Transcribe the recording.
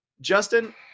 Justin